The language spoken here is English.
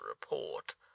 report